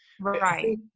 Right